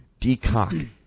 decock